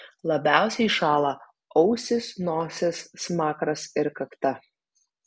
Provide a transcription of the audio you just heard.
labiausiai šąla ausys nosis smakras ir kakta